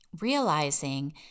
Realizing